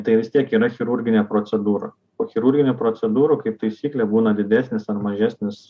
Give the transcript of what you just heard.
tai vis tiek yra chirurginė procedūra chirurginių procedūrų kaip taisyklė būna didesnis ar mažesnis